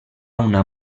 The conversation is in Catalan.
una